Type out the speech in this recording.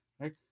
right